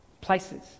places